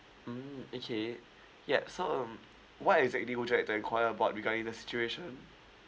mm okay yup so um what exactly would you like to inquire about regarding the situation